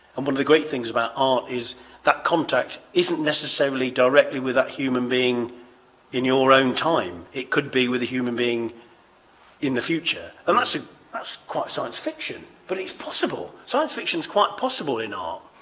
and one of the great things about art is that contact isn't necessarily directly with that human being in your own time. it could be with a human being in the future. and that's ah quite science fiction, but it's possible. science fiction is quite possible in um